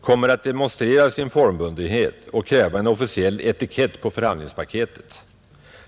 kommer att demonstrera sin formbundenhet och kräva en officiell etikett på färhandlingspaketet.